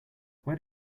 where